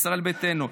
ישראל ביתנו,